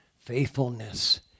Faithfulness